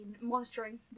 monitoring